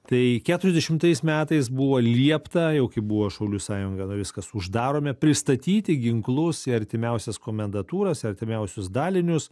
tai keturiasdešimtais metais buvo liepta jau kaip buvo šaulių sąjungą nu viskas uždarome pristatyti ginklus į artimiausias komendantūras į artimiausius dalinius